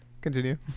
continue